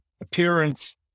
appearance